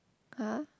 !huh!